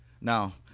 Now